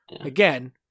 Again